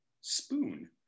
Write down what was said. Spoon